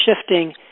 shifting